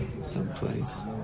someplace